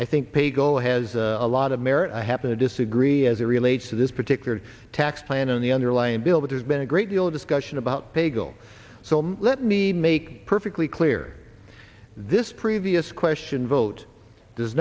i think paygo has a lot of merit i happen to disagree as it relates to this particular tax plan and the underlying bill but there's been a great deal of discussion about bagle so let me make perfectly clear this previous question vote does